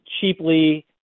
cheaply